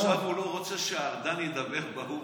ועכשיו הוא לא רוצה שארדן ידבר באו"ם.